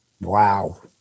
Wow